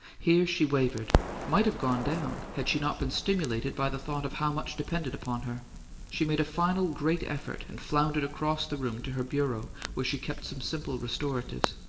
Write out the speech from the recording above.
here she wavered might have gone down, had she not been stimulated by the thought of how much depended upon her she made a final great effort, and floundered across the room to her bureau, where she kept some simple restoratives.